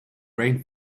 rain